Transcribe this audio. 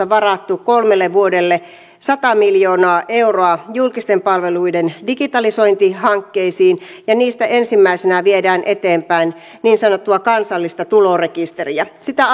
varattu kolmelle vuodelle sata miljoonaa euroa julkisten palveluiden digitalisointihankkeisiin ja niistä ensimmäisenä viedään eteenpäin niin sanottua kansallista tulorekisteriä sitä